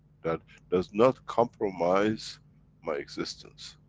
that does not compromise my existence.